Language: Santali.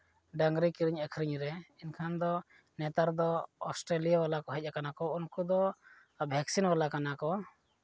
ᱰᱟᱝᱨᱤ ᱠᱤᱨᱤᱧᱼᱟᱹᱠᱷᱨᱤᱧ ᱨᱮ ᱮᱱᱠᱷᱟᱱ ᱫᱚ ᱱᱮᱛᱟᱨ ᱫᱚ ᱚᱥᱴᱨᱮᱞᱤᱭᱟ ᱵᱟᱞᱟ ᱦᱮᱡ ᱠᱟᱱᱟ ᱠᱚ ᱩᱱᱠᱩ ᱫᱚ ᱵᱷᱮᱠᱥᱤᱱ ᱵᱟᱞᱟ ᱠᱟᱱᱟ ᱠᱚ